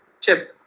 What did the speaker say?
chip